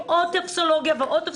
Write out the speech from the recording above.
עוד טופסולוגיה ועוד טופסולוגיה.